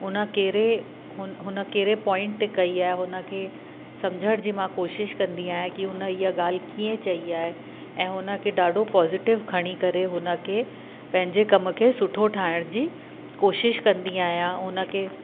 उन कहिड़े हुन हुन कहिड़े पॉइंट ते कई आहे हुन खे सम्झण जी मां कोशिशि कंदी आहियां की हुन इहा ॻाल्हि कीअं चईं आहे ऐं हुन खे ॾाढो पॉज़ीटिव खणी करे हुन खे पंहिंजे कम खे सुठो ठाहिण जी कोशिशि कंदी आहियां उन खे